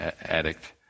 addict